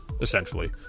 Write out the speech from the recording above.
essentially